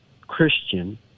Christian